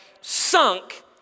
sunk